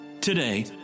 Today